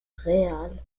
real